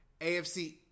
AFC